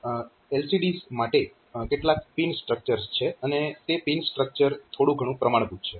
તો LCDs માટે કેટલાક પિન સ્ટ્રક્ચર્સ છે અને તે પિન સ્ટ્રક્ચર થોડું ઘણું પ્રમાણભૂત છે